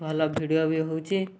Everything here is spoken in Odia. ଭଲ ଭିଡ଼ିଓ ବି ହଉଛି